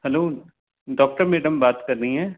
hello doctor madam बात कर रहीं हैं